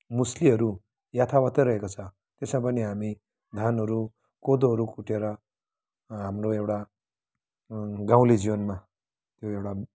मुसलीहरू यथावतै रहेको छ त्यसमा पनि हामी धानहरू कोदोहरू कुटेर हाम्रो एउटा गाउँले जीवनमा यो एउटा